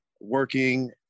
working